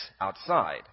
outside